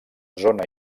zona